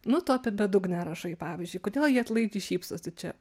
nu tu apie bedugnę rašai pavyzdžiui kodėl ji atlaidžiai šypsosi čia